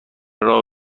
راه